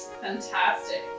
Fantastic